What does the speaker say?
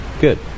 Good